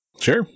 Sure